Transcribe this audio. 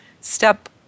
step